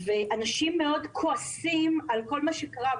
אנשים כועסים מאוד על כל מה שקרה.